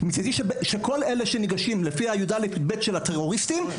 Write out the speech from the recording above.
מצידי שייכשלו התלמידים שנבחנים לפי הבגרות של הטרוריסטים.